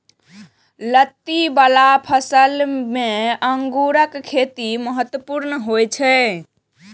लत्ती बला फसल मे अंगूरक खेती महत्वपूर्ण होइ छै